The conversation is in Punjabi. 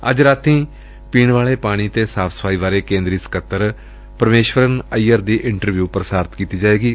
ਅੱਜ ਰਾਤੀ ਪੀਣ ਵਾਲੇ ਪਾਣੀ ਅਤੇ ਸਾਫ ਸਫਾਈ ਬਾਰੇ ਕੇਦਰੀ ਸਕੱਤਰ ਪ੍ਰਮੇਸ਼ਵਰਨ ਅਈਅਰ ਦੀ ਇੰਟਰਵਿਉ ਪ੍ਰਸਾਰਿਤ ਕੀਤੀ ਜਾਏਗੀ